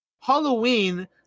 Halloween